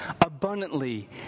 abundantly